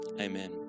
amen